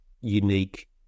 unique